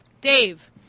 Dave